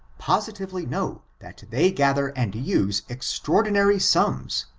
positively know that they gather and use extraordinary sums,